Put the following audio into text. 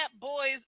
boys